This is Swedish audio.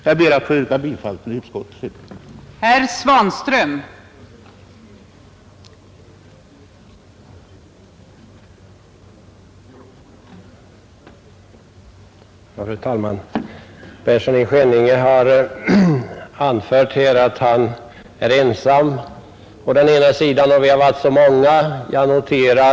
Jag ber att få yrka bifall till utskottets hemställan.